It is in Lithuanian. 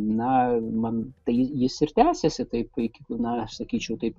na man tai jis ir tęsėsi taip tai iki na aš sakyčiau taip